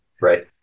right